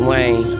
Wayne